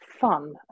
fun